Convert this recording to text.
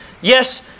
Yes